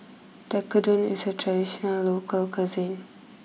Tekkadon is a traditional local cuisine